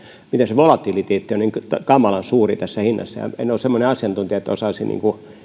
miten se volatiliteetti on niin kamalan suuri tässä hinnassa en ole semmoinen asiantuntija että osaisin